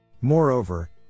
Moreover